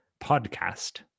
podcast